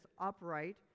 upright